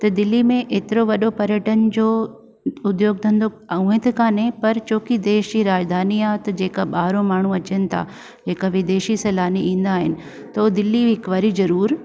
त दिल्ली में एतिरो वॾो पर्यटन जो उद्धोग धंधो उए त कोन्हे पर छोकी देश जी राजधानी आहे त जेका ॿाहिरां माण्हू अचनि था हिकु विदेधी सेलानी ईंदा आहिनि त दिल्ली हिकु वारी ज़रूरु